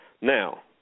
Now